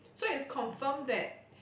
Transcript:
so it's confirm that